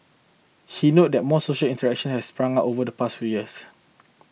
he note that more social initiation has sprung up over the past few years